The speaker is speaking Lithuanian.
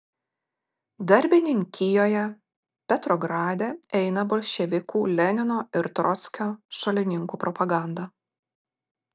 darbininkijoje petrograde eina bolševikų lenino ir trockio šalininkų propaganda